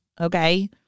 Okay